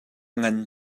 ngan